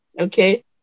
Okay